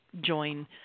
join